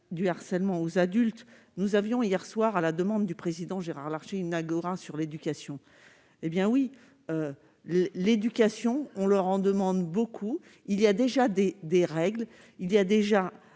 du harcèlement aux adultes, nous avions hier soir à la demande du président Gérard Larcher une Agora sur l'éducation, hé bien oui, l'éducation, on leur en demande beaucoup, il y a déjà des des règles, il y a déjà